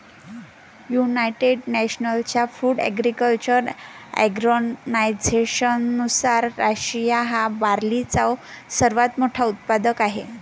United नेशन्सच्या food agriculture ऑर्गनायझेशननुसार, Russia हा बार्लीचा सर्वात मोठा उत्पादक आहे